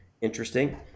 Interesting